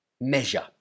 measure